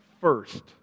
first